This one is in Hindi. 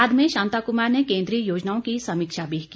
बाद में शांता कुमार ने केन्द्रीय योजनाओं की समीक्षा भी की